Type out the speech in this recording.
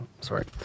sorry